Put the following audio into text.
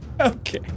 Okay